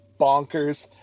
bonkers